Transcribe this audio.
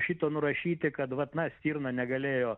šito nurašyti kad vat na stirna negalėjo